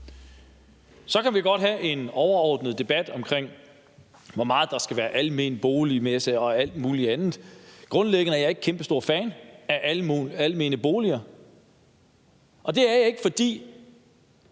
Så kan vi godt have en overordnet debat om, hvor stor den almene boligmasse skal være, og alt muligt andet. Grundlæggende er jeg ikke kæmpestor fan af almene boliger, og det er jeg ikke, fordi